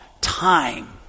time